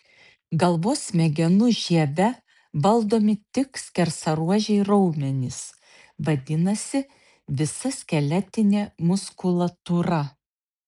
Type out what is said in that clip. galvos smegenų žieve valdomi tik skersaruožiai raumenys vadinasi visa skeletinė muskulatūra